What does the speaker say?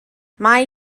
mae